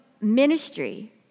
ministry